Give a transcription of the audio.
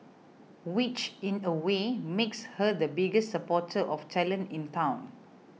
which in a way makes her the biggest supporter of talent in town